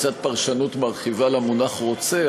שזו פרשנות קצת מרחיבה למונח "רוצה",